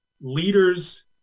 leaders